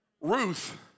Ruth